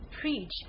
preach